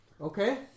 Okay